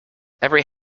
every